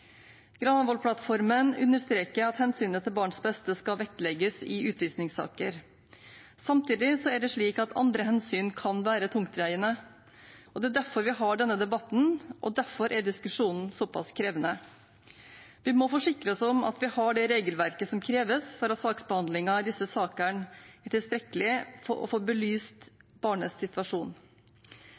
understreker at hensynet til barnets beste skal vektlegges i utvisningssaker. Samtidig er det slik at andre hensyn kan være tungtveiende, og det er derfor vi har denne debatten, og derfor er diskusjonen såpass krevende. Vi må forsikre oss om at vi har det regelverket som kreves for at saksbehandlingen i disse sakene er tilstrekkelig for å få belyst barnets situasjon.